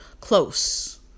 close